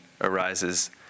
arises